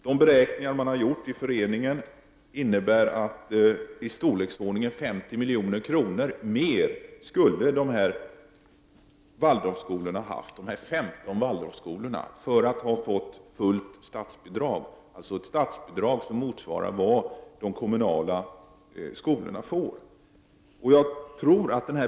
De beräkningar föreningen har gjort visar att de här 15 Waldorfskolorna skulle ha haft i storleksordningen 50 milj.kr. mer, för att ha fått fullt statsbidrag, alltså ett statsbidrag som motsvarar det som de kommunala skolorna får.